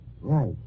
right